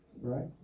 right